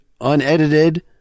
unedited